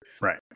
right